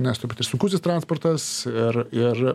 nes turbūt ir sunkusis transportas ir ir